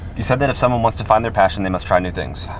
you said that if someone wants to find their passion they must try new things.